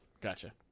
Gotcha